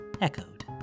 echoed